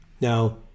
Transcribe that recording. Now